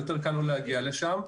יותר קל לו להגיע לשם.